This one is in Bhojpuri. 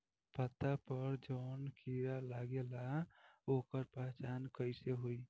पत्ता पर जौन कीड़ा लागेला ओकर पहचान कैसे होई?